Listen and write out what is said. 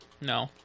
No